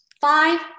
five